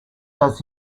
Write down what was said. does